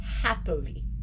happily